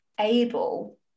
able